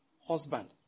husband